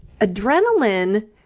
Adrenaline